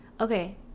Okay